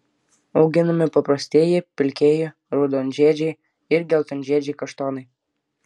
auginami paprastieji pilkieji raudonžiedžiai ir geltonžiedžiai kaštonai